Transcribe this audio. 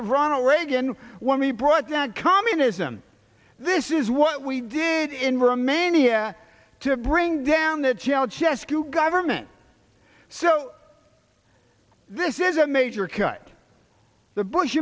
of ronald reagan when we brought down communism this is what we did in romania to bring down that challenge s q government so this is a major cut the bush